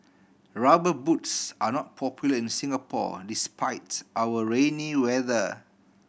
Rubber Boots are not popular in Singapore despite our rainy weather